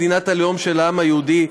מדינת הלאום של העם היהודי,